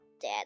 Dad